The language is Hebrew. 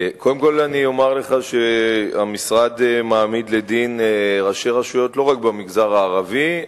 קודם כול אני אומר לך שהמשרד מעמיד לדין ראשי רשויות לא רק במגזר הערבי,